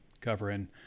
covering